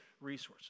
resources